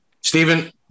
Stephen